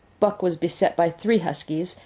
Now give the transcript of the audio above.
buck was beset by three huskies,